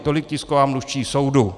Tolik tisková mluvčí soudu.